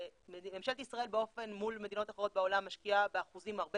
ממשלת ישראל מול מדינות אחרות בעולם משקיעה באחוזים הרבה